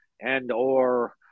and/or